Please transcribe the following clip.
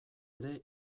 ere